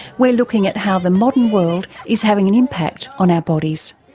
we're looking at how the modern world is having an impact on our bodies.